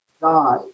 die